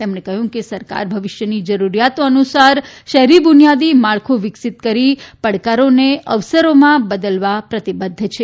તેમણે કહ્યું કે સરકાર ભવિષ્યની જરૂરિયાતો અનુસાર શહેરી બુનિયાદી માળખું વિકસિત કરી પડકારોને અવસરમાં બદલવા પ્રતિબધ્ધ છે